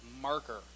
marker